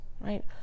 right